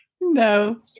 No